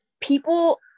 people